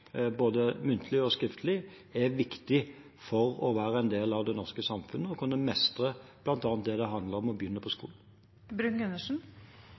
både muntlig og skriftlig, er viktig for å være en del av det norske samfunnet og kunne mestre bl.a. det å begynne på